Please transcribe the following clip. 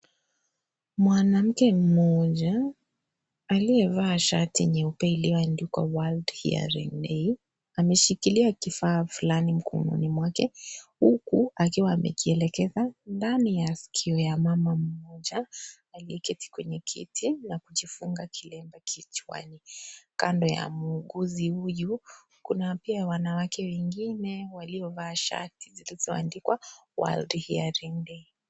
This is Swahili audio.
Mwanamke mmoja, aliyevaa shati nyeupe iliyoandikwa world hearing day . Ameshikilia kifaa fulani mkononi mwake. Huku akiwa amekielekeza ndani ya sikio ya mama mmoja. Aliyeketi kwenye kiti na kujifunga kilemba kichwani. Kando ya muuguzi huyu kuna pia wanawake wengine waliovaa shiti zilizoandikwa world hearing day .